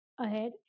ahead